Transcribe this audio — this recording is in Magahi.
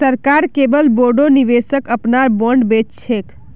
सरकार केवल बोरो निवेशक अपनार बॉन्ड बेच छेक